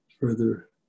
further